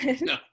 No